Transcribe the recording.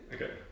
Okay